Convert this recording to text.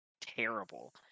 terrible